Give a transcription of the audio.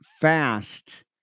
fast